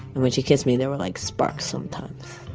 when she kissed me there were like sparks sometimes.